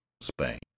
Spain